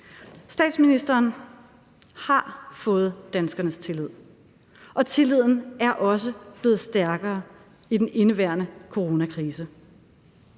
Statsministeren har fået danskernes tillid, og tilliden er også blevet stærkere i den indeværende coronakrise.